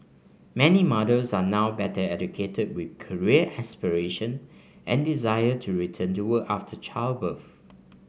many mothers are now better educated with career aspiration and desire to return to work after childbirth